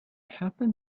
happen